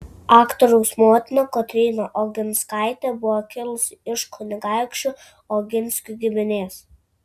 aktoriaus motina kotryna oginskaitė buvo kilusi iš kunigaikščių oginskių giminės